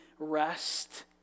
Rest